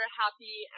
happy